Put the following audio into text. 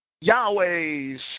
Yahweh's